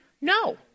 No